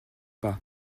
pas